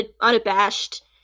unabashed